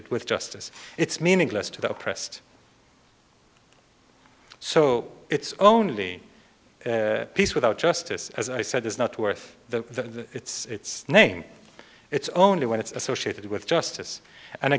d with justice it's meaningless to the oppressed so it's only peace without justice as i said is not worth the it's name it's only when it's associated with justice and